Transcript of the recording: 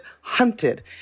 hunted